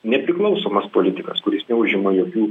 nepriklausomas politikas kuris neužima jokių